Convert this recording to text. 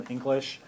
English